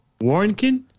Warnkin